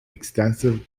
extensive